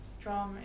drama